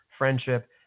Friendship